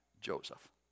Joseph